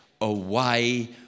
away